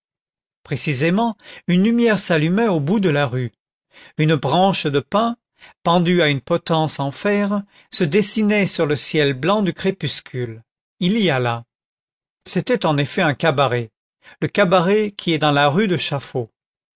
précisément une lumière s'allumait au bout de la rue une branche de pin pendue à une potence en fer se dessinait sur le ciel blanc du crépuscule il y alla c'était en effet un cabaret le cabaret qui est dans la rue de chaffaut